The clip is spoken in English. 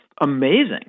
amazing